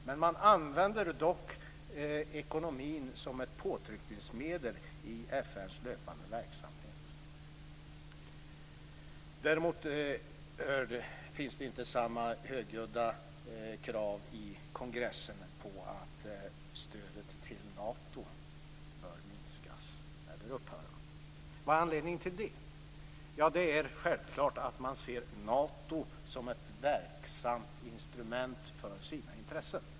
Men man använder dock ekonomin som ett påtryckningsmedel i FN:s löpande verksamhet. Däremot finns det inte samma högljudda krav i kongressen på att stödet till Nato bör minskas eller upphöra. Vad är anledningen till det? Ja, det är självklart att man ser Nato som ett verksamt instrument för sina intressen.